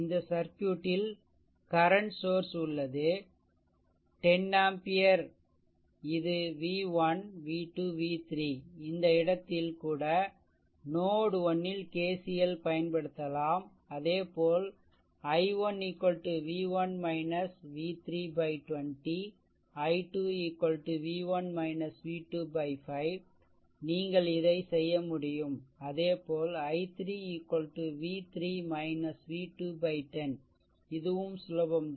இந்த சர்க்யூட்டில் current source உள்ளது 10 ஆம்பியர் இது v1 v2 v 3 இந்த இடத்தில்கூட நோட்1 ல் KCL பயன்படுத்தலாம் அதேபோல் i1 v1 v 3 20 i2 v1 v2 5 நீங்கள் இதை செய்ய முடியும் அதேபோல் i3 v 3 v2 10 இதுவும் சுலபம் தான்